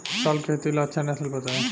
चावल के खेती ला अच्छा नस्ल बताई?